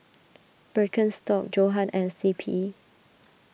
Birkenstock Johan and C P